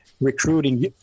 recruiting